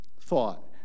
thought